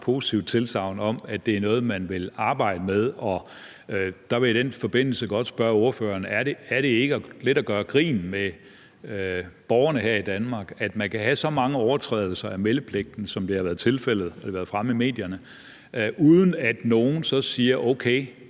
positivt tilsagn om, at det er noget, man vil arbejde med. I den forbindelse vil jeg godt spørge ordføreren: Er det ikke lidt at gøre grin med borgerne her i Danmark, at man kan have så mange overtrædelser af meldepligten, som det har været tilfældet – som det har været fremme i medierne – uden at nogen så siger, at okay,